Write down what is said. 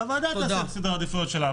והוועדה תעשה את סדרי העדיפויות שלה.